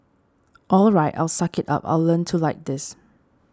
all right I'll suck it up I'll learn to like this